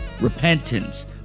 repentance